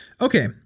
Okay